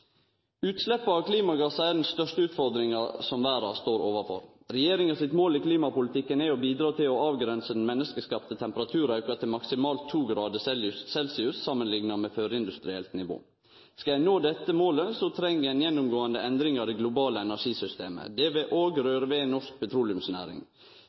Utsleppa av klimagassar er den største utfordringa som verda står overfor. Regjeringa sitt mål i klimapolitikken er å bidra til å avgrense den menneskeskapte temperaturauken til maksimalt 2 °C samanlikna med førindustrielt nivå. Skal ein nå dette målet, treng ein ei gjennomgåande endring av det globale energisystemet. Det vil òg røre ved norsk petroleumsnæring. Vi må oppretthalde energieffektiviteten og